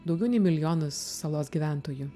daugiau nei milijonas salos gyventojų